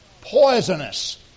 poisonous